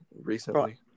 recently